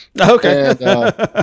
Okay